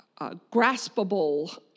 graspable